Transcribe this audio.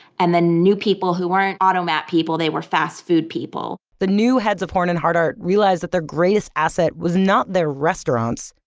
and the new people, who weren't automat people, they were fast food people the new heads of horn and hardart realized that their greatest asset was not their restaurants,